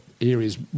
areas